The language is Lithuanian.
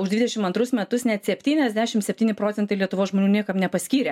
už dvidešim antrus metus net septyniasdešim septyni procentai lietuvos žmonių niekam nepaskyrė